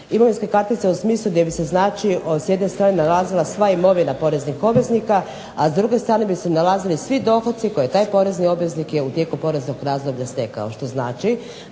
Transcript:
imovinske kartice u smislu gdje bi se znači s jedne strane nalazila sva imovina poreznih obveznika, a s druge strane bi se nalazili svi dohoci koje taj porezni obveznik je u tijeku poreznog razdoblja stekao što znači,